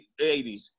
80s